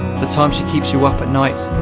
the time she keeps you up at night,